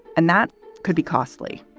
and that could be costly.